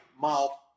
mouth